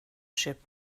ship